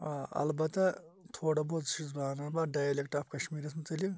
آ اَلبَتہ تھوڑا بہت چھُس زانان بہٕ ڈایلیٚکٹہٕ آف کَشمیٖریَس مُتَلِق